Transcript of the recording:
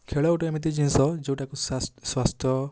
ଖେଳ ଗୋଟେ ଏମିତି ଜିନିଷ ଯେଉଁଟାକୁ ସ୍ୱାସ୍ଥ୍ୟ